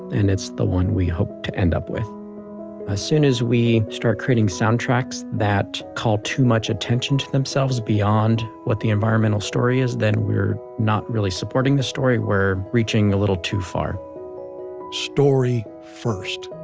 and it's the one we hope to end up with. as soon as we start creating soundtracks that call too much attention to themselves beyond what the environmental story is, then we're not really supporting the story, we're reaching a little too far story. first.